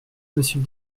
monsieur